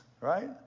Right